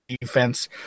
defense